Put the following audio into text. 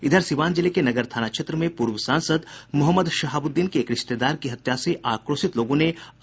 इधर सीवान जिले के नगर थाना क्षेत्र में पूर्व सांसद मोहम्मद शहाबुद्दीन के एक रिश्तेदार की हत्या से आक्रोशित लोगों ने आज भी प्रदर्शन किया